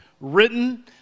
written